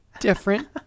different